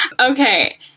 Okay